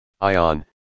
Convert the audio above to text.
Ion